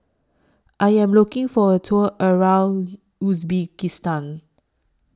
I Am looking For A Tour around Uzbekistan